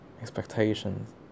expectations